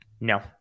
No